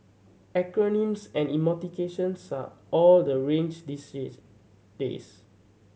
acronyms and emoticons are all the rage these days